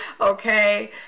Okay